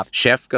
chef